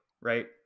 right